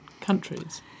countries